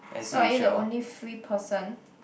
so are you the only free person